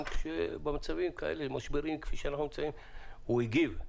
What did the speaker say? גם במשברים כפי שאנחנו נמצאים בהם הוא הגיב.